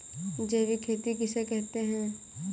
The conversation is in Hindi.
जैविक खेती किसे कहते हैं?